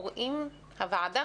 הוועדה